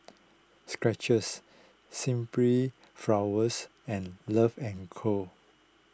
Skechers Simply Flowers and Love and Co